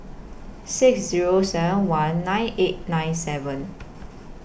six Zero seven one nine eight nine seven